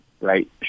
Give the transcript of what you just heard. right